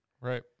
Right